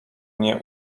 mnie